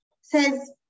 says